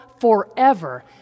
forever